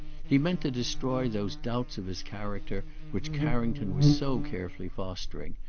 he meant to destroy those doubts of his character which carrington was so carefully fostering,